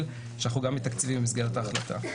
שאנחנו גם מתקציבים במסגרת ההחלטה.